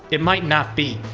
it might not be.